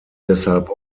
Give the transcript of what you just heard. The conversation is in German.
deshalb